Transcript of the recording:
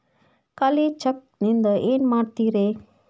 ಖಾಲಿ ಚೆಕ್ ನಿಂದ ಏನ ಮಾಡ್ತಿರೇ?